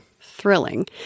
Thrilling